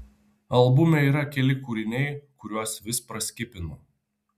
albume yra keli kūriniai kuriuos vis praskipinu